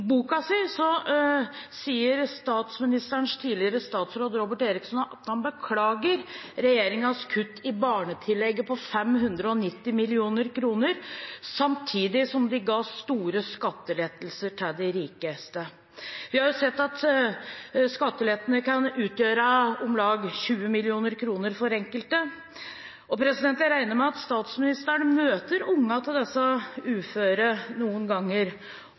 barnetillegget på 590 mill. kr, samtidig som de ga store skattelettelser til de rikeste. Vi har jo sett at skattelettene kan utgjøre om lag 20 mill. kr for enkelte, og jeg regner med at statsministeren møter ungene til disse uføre noen ganger.